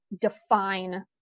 define